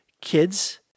kids